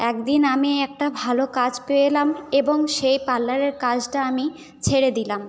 একদিন আমি একটা ভালো কাজ পেয়ে এলাম এবং সেই পার্লারের কাজটা আমি ছেড়ে দিলাম